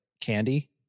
candy